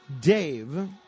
Dave